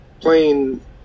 playing